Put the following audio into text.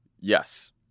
Yes